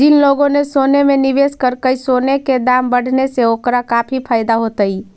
जिन लोगों ने सोने में निवेश करकई, सोने के दाम बढ़ने से ओकरा काफी फायदा होतई